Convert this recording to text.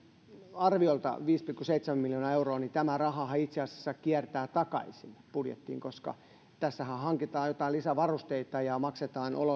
arviolta viisi pilkku seitsemän miljoonaa euroa niin tämä rahahan itse asiassa kiertää takaisin budjettiin koska tässähän hankitaan jotain lisävarusteita ja maksetaan